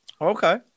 Okay